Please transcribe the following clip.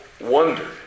wonder